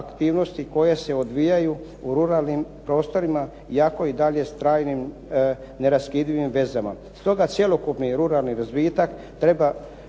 koje se odvijaju u ruralnim prostorima, iako i dalje s trajnim neraskidivim vezama. Stoga cjelokupni ruralni razvitak treba